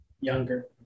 younger